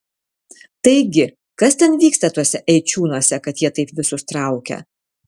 taigi kas ten vyksta tuose eičiūnuose kad jie taip visus traukia